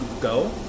go